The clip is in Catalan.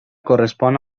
correspon